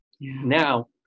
Now